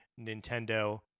Nintendo